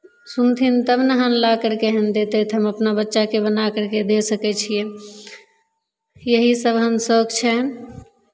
सुनथिन हन तब ने ला करि कऽ हन देतै तब ने हम अपना बच्चाके बना करि कऽ दए सकै छियै यही सभ हम शौक छै